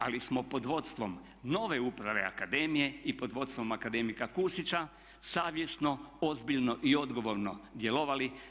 Ali smo pod vodstvom nove uprave akademije i pod vodstvom akademika Kusića savjesno, ozbiljno i odgovorno djelovali.